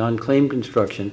on claim construction